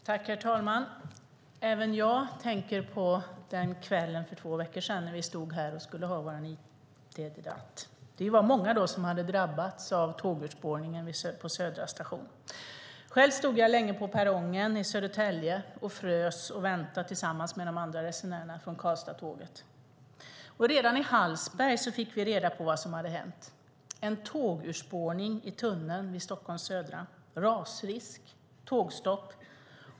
Herr talman! Även jag tänker på den kväll för två veckor sedan när vi stod här och skulle ha vår interpellationsdebatt. Det var många då som hade drabbats av tågurspårningen vid Södra station. Själv stod jag länge på perrongen i Södertälje och frös och väntade tillsammans med de andra resenärerna från Karlstadtåget. Redan i Hallsberg fick vi reda på vad som hade hänt: en tågurspårning i tunneln vid Stockholms södra, rasrisk och tågstopp.